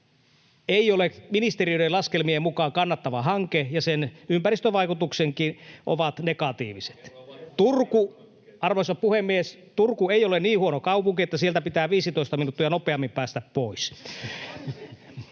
ei ole ministeriöiden laskelmien mukaan kannattava hanke, ja sen ympäristövaikutuksetkin ovat negatiiviset. [Välihuuto] Turku — arvoisa puhemies — ei ole niin huono kaupunki, että sieltä pitää 15 minuuttia nopeammin päästä pois.